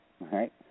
Right